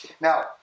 Now